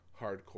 hardcore